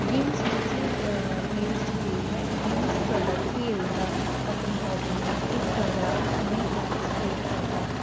games बिच्च period च जाइयै गेम्स करदा खेलदा अपने आप गी ऐक्टिव करदा ऐक्टिवली पार्टीस्पेट करदा